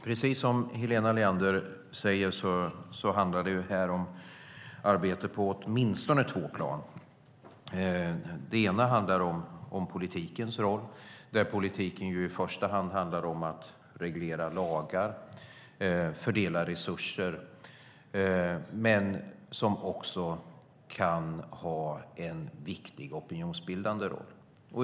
Fru talman! Som Helena Leander säger handlar det om arbete på åtminstone två plan. Det ena är politikens roll som i första hand är att reglera lagar och fördela resurser, men politiken kan också ha en viktig opinionsbildande roll.